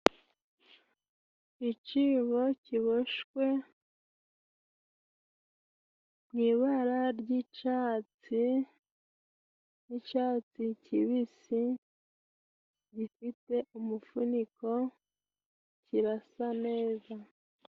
Icyibo kiboshwe mu ibara ry'icyatsi n'icyatsi kibisi, gifite umufuniko kirasa neza.